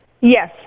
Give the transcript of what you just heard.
Yes